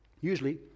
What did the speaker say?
Usually